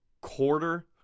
quarter